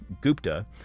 gupta